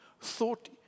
thought